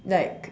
like